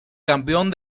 campeón